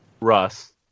russ